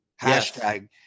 hashtag